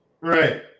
right